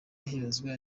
hibazwa